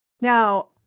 Now